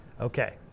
Okay